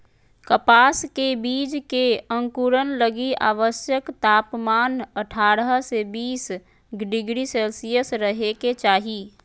कपास के बीज के अंकुरण लगी आवश्यक तापमान अठारह से बीस डिग्री सेल्शियस रहे के चाही